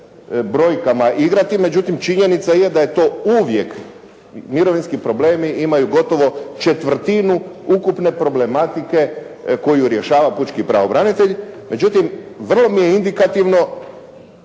brojkama igrati. Međutim, činjenica je da je to uvijek mirovinski problemi imaju gotovo četvrtinu ukupne problematike koju rješava pučki pravobranitelj. Međutim, vrlo mi je indikativno